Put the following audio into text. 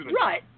Right